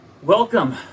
Welcome